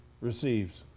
receives